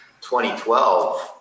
2012